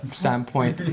standpoint